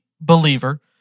believer